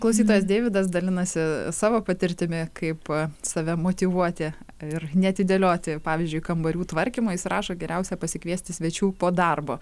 klausytojas deividas dalinasi savo patirtimi kaip save motyvuoti ir neatidėlioti pavyzdžiui kambarių tvarkymo jis rašo geriausia pasikviesti svečių po darbo